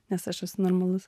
nes aš esu normalus